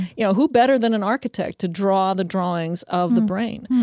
you know, who better than an architect to draw the drawings of the brain?